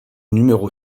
numéro